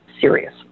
serious